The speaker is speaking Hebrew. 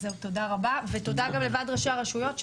תודה רבה ותודה גם לוועד ראשי הרשויות,